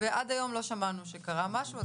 ועד היום לא שמענו שקרה משהו,